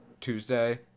Tuesday